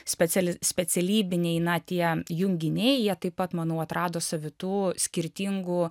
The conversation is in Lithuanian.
speciali specialybiniai na tie junginiai jie taip pat manau atrado savitų skirtingų